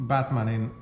Batmanin